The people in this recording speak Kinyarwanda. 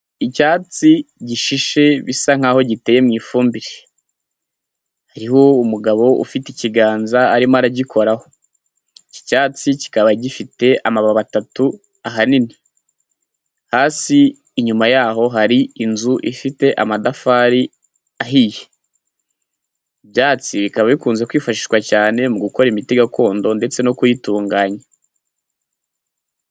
Icyatsi gishishe bisa nk'aho giteye mu ifumbire. Hariho umugabo ufite ikiganza arimo aragikoraho. Iki cyatsi kikaba gifite amababi atatu ahanini. Hasi inyuma y'aho hari inzu ifite amatafari ahiye. Ibyatsi bikaba bikunze kwifashishwa cyane mu gukora imiti gakondo ndetse no kuyitunganya.